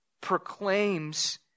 proclaims